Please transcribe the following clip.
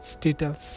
details